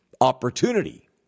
opportunity